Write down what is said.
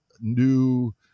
new